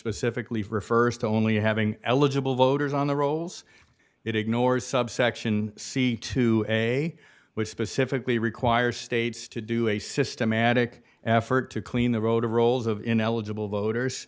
specifically refers to only having eligible voters on the rolls it ignores subsection c to a which specifically requires states to do a systematic effort to clean the road of roles of ineligible voters